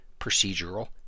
procedural